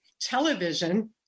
television